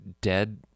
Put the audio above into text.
dead